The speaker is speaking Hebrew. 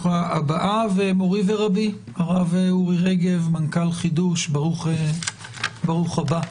ומורי ורבי, הרב אורי רגב, מנכ"ל חדו"ש, ברוך הבא,